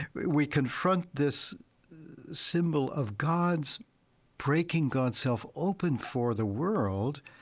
we confront this symbol of god's breaking god's self open for the world,